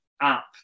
app